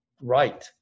right